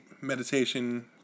meditation